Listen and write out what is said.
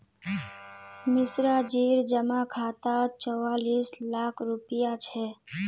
मिश्राजीर जमा खातात चौवालिस लाख रुपया छ